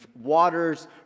waters